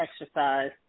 exercise